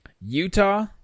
Utah